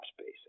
space